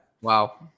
Wow